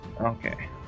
Okay